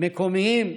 פתרונות מקומיים,